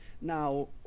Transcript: Now